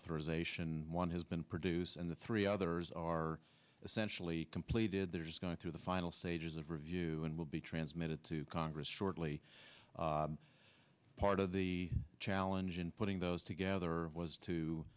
authorization one has been produced and the three others are essentially completed there's going through the final stages of review and will be transmitted to congress shortly part of the challenge in putting those together was to